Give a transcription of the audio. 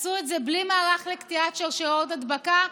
עשו את זה בלי מערך לקטיעת שרשראות הדבקה.